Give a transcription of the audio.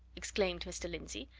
exclaimed mr. lindsey.